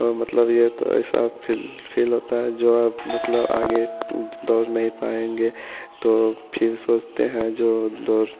मतलब यह तो ऐसा फील्ड फील्ड होता है जो आप मतलब आगे दौड़ नहीं पाएंगे तो फ़िर सोचते हैं जो दौड़